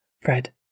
Fred